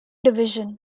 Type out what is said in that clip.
division